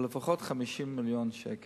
לפחות 50 מיליון שקל.